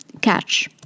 catch